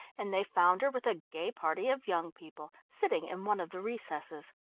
and they found her with a gay party of young people, sitting in one of the recesses.